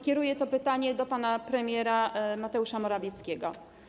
Kieruję to pytanie do pana premiera Mateusza Morawieckiego.